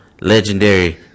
legendary